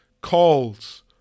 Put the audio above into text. calls